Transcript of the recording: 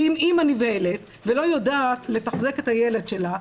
כי אם אימא נבהלת ולא יודעת לתחזק את הילד שלה,